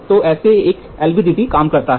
तो ऐसे एक LVDT काम करता है